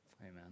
Amen